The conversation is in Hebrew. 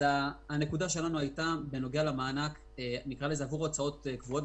על מענק עבור הוצאות קבועות.